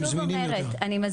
אז אני שוב אומרת, אני מסבירה.